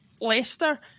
Leicester